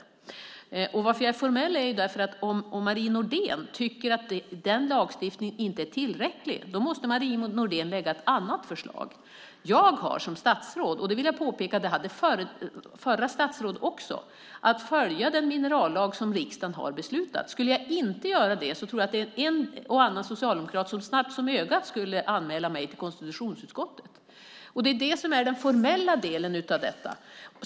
Anledningen till att jag är formell är att om Marie Nordén inte tycker att den lagstiftningen är tillräcklig måste hon lägga fram ett annat förslag. Jag har som statsråd - och jag vill påpeka att det också gäller det förra statsrådet - att följa den minerallag som riksdagen har beslutat om. Om jag inte skulle göra det tror jag att det är en och annan socialdemokrat som snabbt som ögat skulle anmäla mig till konstitutionsutskottet. Det är det som är den formella delen.